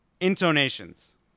intonations